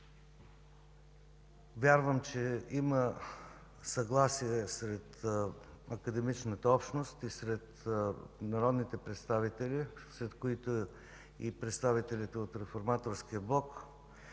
Вярвам, че има съгласие сред академичната общност и сред народните представители, сред които и представителите от Реформаторския блок,